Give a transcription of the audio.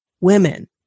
women